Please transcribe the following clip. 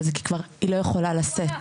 אבל זה כי כבר היא לא יכולה לשאת.